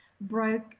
broke